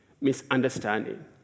misunderstanding